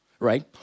Right